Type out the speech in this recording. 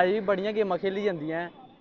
अजें बी बड़ियां गेमां खेलियां जंदियां न